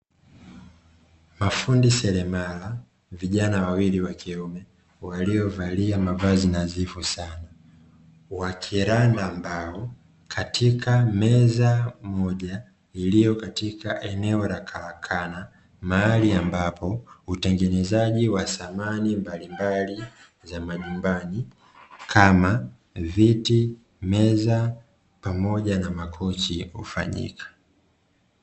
Mafundi seremala vijana wawili wakiume ,waliovalia mavazi nadhifu sana wakiranda mabao katika meza moja iliyo katika eneo la karakana mahali ambapo utengenezaji wa samani mbalimbali za majumbani kama viti, meza pamoja na makochi hufanyika.